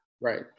Right